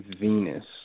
Venus